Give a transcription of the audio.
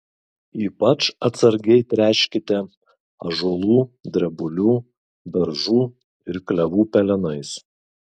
ypač atsargiai tręškite ąžuolų drebulių beržų ir klevų pelenais